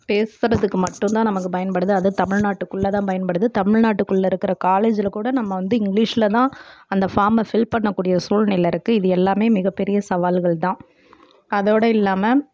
பேசுறதுக்கு மட்டுந்தான் நமக்கு பயன்படுது அதும் தமிழ்நாட்டுக்குள்ள தான் பயன்படுது தமிழ்நாட்டுக்குள்ள இருக்கிற காலேஜுல கூட நம்ம வந்து இங்கிலீஷில் தான் அந்த ஃபார்மை ஃபில் பண்ணக்கூடிய சூழ்நிலை இருக்குது இது எல்லாமே மிகப்பெரிய சவால்கள் தான் அதோடு இல்லாமல்